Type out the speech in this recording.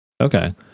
Okay